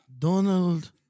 Donald